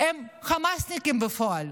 הם חמאסניקים בפועל,